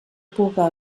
puga